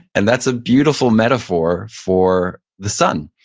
and that's a beautiful metaphor for the sun.